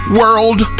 world